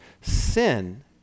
sin